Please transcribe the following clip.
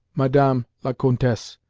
madame la comtesse,